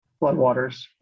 floodwaters